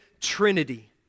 trinity